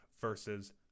versus